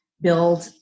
build